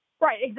Right